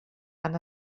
han